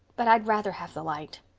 but i'd rather have the light.